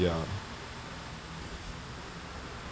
ya